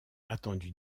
attendu